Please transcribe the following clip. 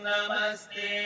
Namaste